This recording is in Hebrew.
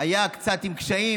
היה קצת עם קשיים,